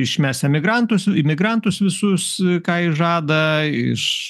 išmes emigrantus imigrantus visus ką jis žada iš